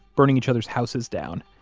burning each other's houses down.